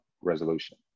resolution